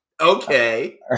Okay